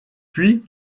puis